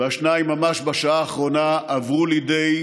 והשניים, ממש בשעה האחרונה, עברו לידי